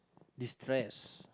destress